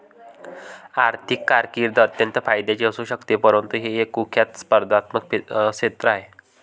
आर्थिक कारकीर्द अत्यंत फायद्याची असू शकते परंतु हे एक कुख्यात स्पर्धात्मक क्षेत्र आहे